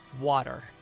water